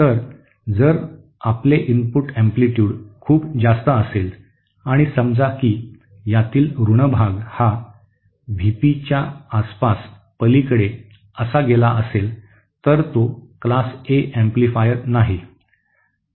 तर जर आपले इनपुट अँप्लिट्यूड खूप जास्त असेल आणि समजा की यातील ऋण भाग हा व्ही पीच्या आसपास पलीकडे असा गेला असेल तर तो वर्ग ए अँप्लिफायर नाही